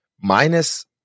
minus